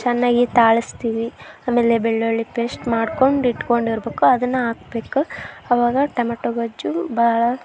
ಚೆನ್ನಾಗಿ ತಾಳಸ್ತೀವಿ ಆಮೇಲೆ ಬೆಳ್ಳುಳ್ಳಿ ಪೇಸ್ಟ್ ಮಾಡ್ಕೊಂಡು ಇಟ್ಕೊಂಡಿರ್ಬೇಕು ಅದನ್ನು ಹಾಕ್ಬೇಕು ಅವಾಗ ಟಮೆಟೊ ಗೊಜ್ಜು ಭಾಳ